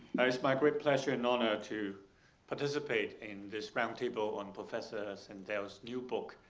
it's my great pleasure and honor to participate in this round table on professor sandel's new book.